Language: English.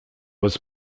was